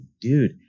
dude